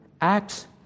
Acts